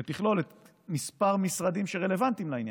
שתכלול כמה משרדים שרלוונטיים לעניין.